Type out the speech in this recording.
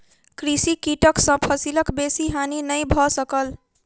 कृषि कीटक सॅ फसिलक बेसी हानि नै भ सकल